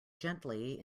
gently